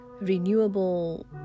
renewable